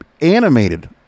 animated